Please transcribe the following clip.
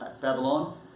Babylon